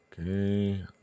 Okay